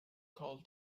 call